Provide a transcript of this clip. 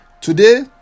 today